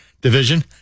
Division